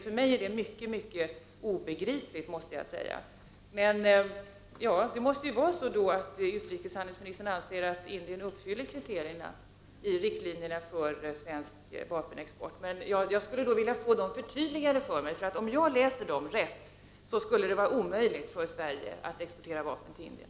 För mig är det totalt obegripligt. Utrikeshandelsministern anser tydligen att Indien uppfyller kriterierna i riktlinjerna för svens vapenexport. Jag skulle vilja få dessa regler förtydligade för mig. Om jag läser dem rätt, skulle det vara omöjligt för Sverige att exportera vapen till Indien.